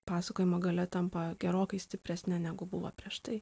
pasakojimo gale tampa gerokai stipresne negu buvo prieš tai